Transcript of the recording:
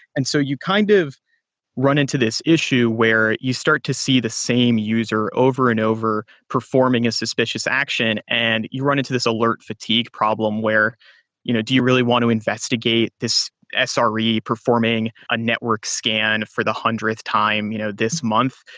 and so you kind of run into this issue where you start to see the same user over and over performing a suspicious action and you run into this alert fatigue problem where you know do you really want to investigate this sre ah performing a network scan for the hundredth time you know this month?